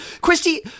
Christy